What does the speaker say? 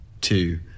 two